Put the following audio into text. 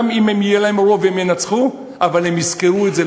גם אם יהיה להם רוב והם ינצחו, הם יזכרו את זה.